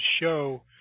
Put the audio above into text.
show